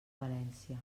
valència